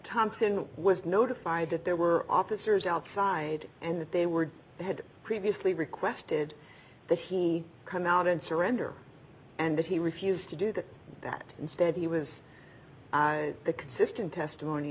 thompson was notified that there were officers outside and that they were they had previously requested that he come out and surrender and he refused to do that that instead he was the consistent testimony